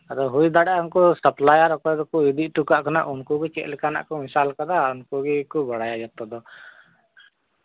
ᱟᱫᱚ ᱦᱩᱭ ᱫᱥᱲᱮᱭᱟᱜᱼᱟ ᱩᱱᱠᱩ ᱥᱟᱯᱞᱟᱭᱟᱨ ᱚᱠᱚᱭ ᱫᱚᱠᱚ ᱤᱫᱤ ᱦᱚᱴᱚ ᱠᱟᱜ ᱠᱟᱱᱟ ᱩᱱᱠᱩ ᱜᱮ ᱪᱮᱫ ᱞᱮᱠᱟᱱᱟᱜ ᱠᱚ ᱢᱮᱥᱟᱞ ᱠᱟᱫᱟ ᱩᱱᱠᱩ ᱜᱮᱠᱚ ᱵᱟᱲᱟᱭᱟ ᱡᱚᱛᱚ ᱫᱚ